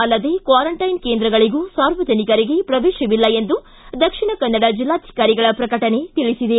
ಅಲ್ಲದೇ ಕ್ಯಾರೆಂಟ್ಗೆನ್ ಕೇಂದ್ರಗಳಿಗೂ ಸಾರ್ವಜನಿಕರಿಗೆ ಪ್ರವೇಶವಿಲ್ಲ ಎಂದು ದಕ್ಷಿಣ ಕನ್ನಡ ಜಿಲ್ಲಾಧಿಕಾರಿಗಳ ಪ್ರಕಟಣೆ ತಿಳಿಸಿದೆ